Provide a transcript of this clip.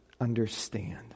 understand